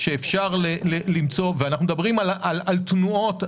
ואנחנו מדברים על תנועות,